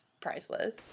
priceless